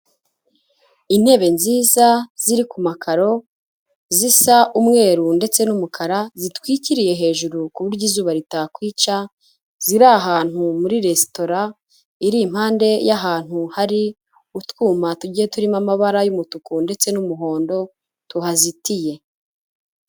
Intebe nziza ziri ku makaro zisa umweru ndetse n'umukara, zitwikiriye hejuru ku buryo izuba ritakwica, ziri ahantu muri resitora iri impande y'ahantu hari utwuma tugiye turimo amabara y'umutuku ndetse n'umuhondo tuhazitiye